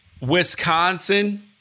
Wisconsin